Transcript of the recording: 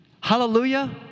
Hallelujah